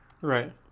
right